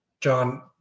John